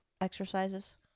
exercises